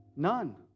None